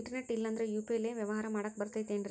Internet ಇಲ್ಲಂದ್ರ UPI ಲೇ ವ್ಯವಹಾರ ಮಾಡಾಕ ಬರತೈತೇನ್ರೇ?